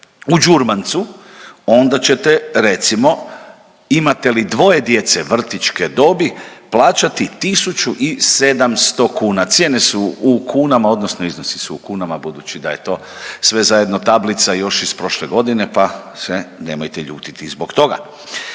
u Đurmancu, onda ćete, recimo, imate li dvoje djece vrtićke dobi plaćati 1700 kuna, cijene su u kunama odnosno iznosi su u kunama budući da je to sve zajedno tablica još iz prošle godine, pa se nemojte ljutiti zbog toga.